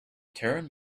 taran